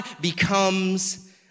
becomes